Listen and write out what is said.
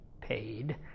paid